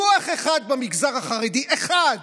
דוח אחד, במגזר החרדי, אחד